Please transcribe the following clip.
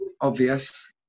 obvious